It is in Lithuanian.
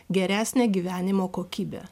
geresnę gyvenimo kokybę